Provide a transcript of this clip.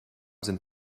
sind